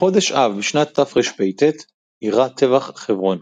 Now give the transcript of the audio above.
בחודש אב בשנת תרפ"ט אירע טבח חברון.